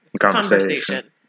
conversation